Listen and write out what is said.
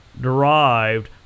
derived